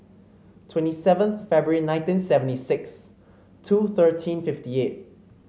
twenty seventh February nineteen seventy six two thirteen fifty eight